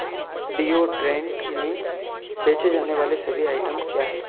deodorant में बेचे जाने वाले सभी आइटम क्या है